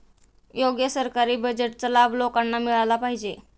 योग्य सरकारी बजेटचा लाभ लोकांना मिळाला पाहिजे